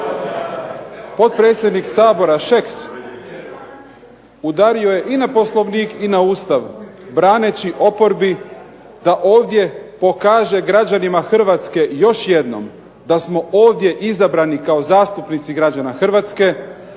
Potpredsjednik Sabora Šeks udario je i na Poslovnik i na Ustav braneći oporbi da ovdje pokaže građanima Hrvatske još jednom da smo ovdje izabrani kao zastupnici građana Hrvatske,